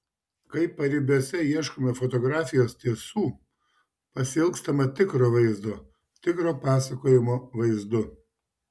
kai paribiuose ieškome fotografijos tiesų pasiilgstama tikro vaizdo tikro pasakojimo vaizdu